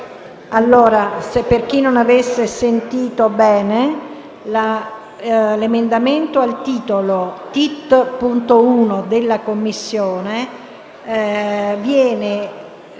finestra"). Per chi non avesse sentito bene, l'emendamento al titolo Tit.1, della Commissione, viene